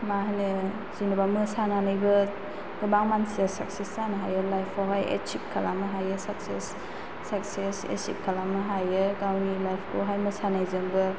मा होनो जेन'बा मोसानानैबो गोबां मानसिया साकसेस जानो हायो लाइफ आव एसिप्ट खालामनो हायो साकसेस साकसेस एसिप्ट खालामनो हायो गावनि लाइफ खौहाय मोसानायजोंबो